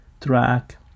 track